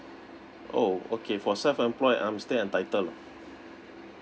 oh okay for self emplyed I'm still entitled